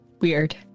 weird